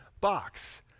box